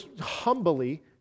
humbly